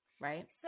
Right